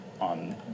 on